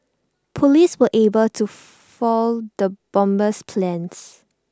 Police were able to foil the bomber's plans